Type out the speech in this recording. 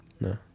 No